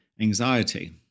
anxiety